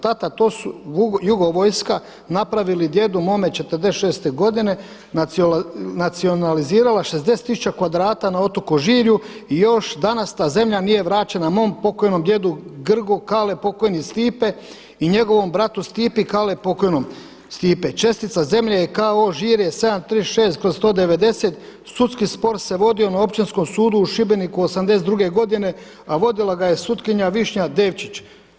Tata to su jugo vojska napravili djedu mome '46. godine nacionalizirala 60 tisuća kvadrata na otoku Žirju i još danas ta zemlja nije vraćena mom pokojnom djecu Grgu Kale, pokojni Stipe i njegovom bratu Stipi Kale pokojnom Stipe, čestica zemlje je k.o. Žirje, 736l/190, sudski spor se vodio na Općinskom sudu u Šibeniku '82. godine a vodila ga je sutkinja Višnja Devčić.